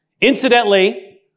Incidentally